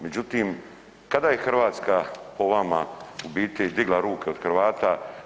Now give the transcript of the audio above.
Međutim, kada je Hrvatska po vama u biti digla ruke od Hrvata?